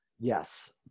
Yes